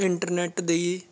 internet the